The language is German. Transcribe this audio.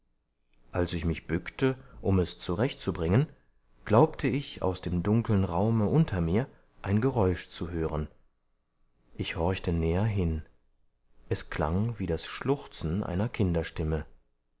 als ich mich bückte um es zurechtzubringen glaubte ich aus dem dunkeln raume unter mir ein geräusch zu hören ich horchte näher hin es klang wie das schluchzen einer kinderstimme